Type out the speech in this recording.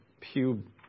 pew